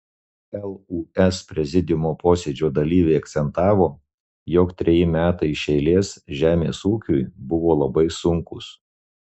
lūs prezidiumo posėdžio dalyviai akcentavo jog treji metai iš eilės žemės ūkiui buvo labai sunkūs